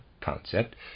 concept